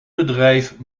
bedrijf